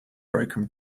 broken